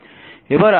এবার আরেকটি উদাহরণ